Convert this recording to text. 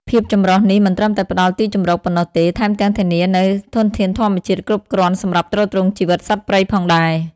ភាពចម្រុះនេះមិនត្រឹមតែផ្តល់ទីជម្រកប៉ុណ្ណោះទេ ថែមទាំងធានានូវធនធានធម្មជាតិគ្រប់គ្រាន់សម្រាប់ទ្រទ្រង់ជីវិតសត្វព្រៃផងដែរ។